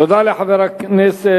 תודה לחבר הכנסת